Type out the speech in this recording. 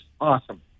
awesome